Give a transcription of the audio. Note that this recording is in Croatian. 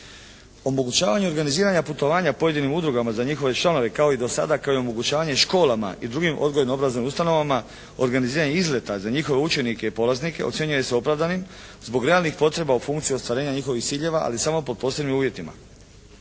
Omogućavanje organiziranja putovanja pojedinim udrugama za njihove članove kao i do sada, kao i omogućavanje školama i drugim odgojno-obrazovnim ustanovama organiziranje izleta za njihove učenike i polaznike ocjenjuje se opravdanim zbog realnih potreba u funkciji ostvarenja njihovih ciljeva, ali samo po posebnim uvjetima.